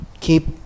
keep